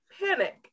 panic